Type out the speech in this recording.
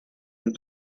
and